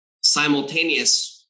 simultaneous